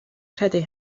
credu